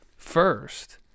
First